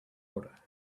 water